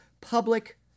public